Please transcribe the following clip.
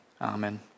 amen